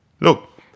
Look